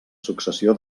successió